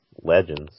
Legends